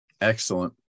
excellent